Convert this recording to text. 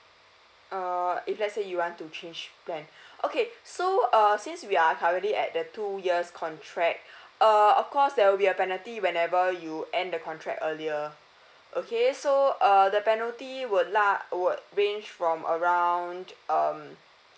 uh if let's say you want to change plan okay so uh since we are currently at the two years contract err of course there will be a penalty whenever you end the contract earlier okay so uh the penalty would la~ would range from around um